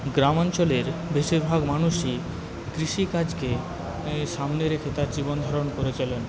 গ্রাম অঞ্চলের বেশীরভাগ মানুষই কৃষিকাজকে সামনে রেখে তার জীবনধারণ করে চলেন